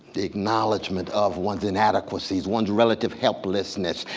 acknowledgement of one's inadequacies, one's relative helplessness.